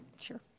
Sure